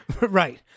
Right